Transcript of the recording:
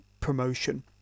promotion